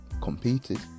competed